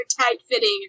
tight-fitting